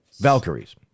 Valkyries